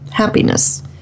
Happiness